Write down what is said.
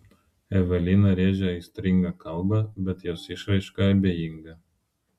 evelina rėžia aistringą kalbą bet jos išraiška abejinga